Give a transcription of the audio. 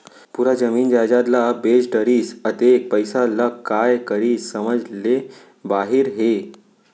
पूरा जमीन जयजाद ल बेच डरिस, अतेक पइसा ल काय करिस समझ ले बाहिर हे